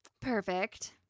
Perfect